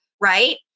right